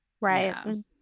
Right